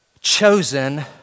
chosen